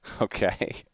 Okay